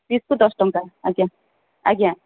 ପିସ୍କୁ ଦଶ ଟଙ୍କା ଆଜ୍ଞା ଆଜ୍ଞା